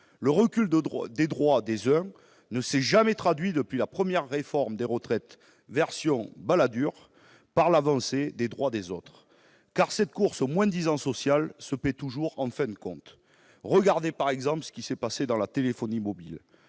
Le recul des droits des uns ne s'est jamais traduit, depuis la première réforme des retraites version Balladur, par l'avancée des droits des autres, car cette course au moins-disant social se paie toujours en fin de compte. Regardez, par exemple, ce qui s'est passé dans la téléphonie mobile.